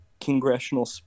congressional